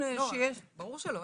לא, ברור שלא.